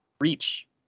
reach